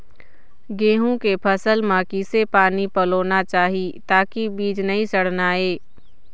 गेहूं के फसल म किसे पानी पलोना चाही ताकि बीज नई सड़ना ये?